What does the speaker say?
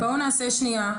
אבל בואו נעשה שנייה,